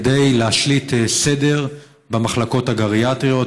כדי להשליט סדר במחלקות הגריאטריות,